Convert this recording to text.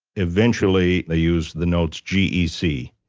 eventually, they used the notes gec.